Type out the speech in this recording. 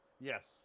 Yes